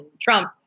Trump